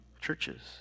churches